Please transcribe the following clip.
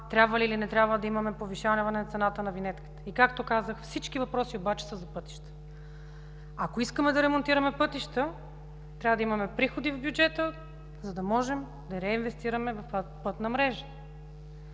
трябва или не трябва да имаме повишаване на цената на винетката. И както казах, всички въпроси обаче са за пътища. Ако искаме да ремонтираме пътища, трябва да имаме приходи в бюджета, за да можем да реинвестираме в пътна мрежа.